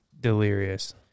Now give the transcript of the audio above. delirious